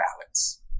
balance